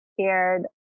scared